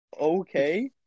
Okay